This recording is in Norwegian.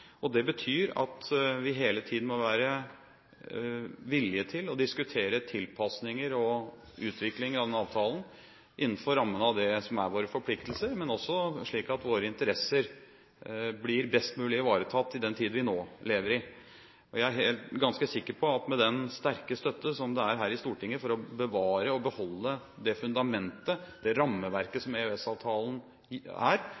på. Det betyr at vi hele tiden må være villige til å diskutere tilpasninger og utviklinger av denne avtalen innenfor rammen av det som er våre forpliktelser, men også slik at våre interesser blir best mulig ivaretatt i den tid vi nå lever i. Jeg er ganske sikker på at med den sterke støtte som det er her i Stortinget for å bevare og beholde det fundamentet, rammeverket, som EØS-avtalen er,